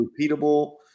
repeatable